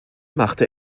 machte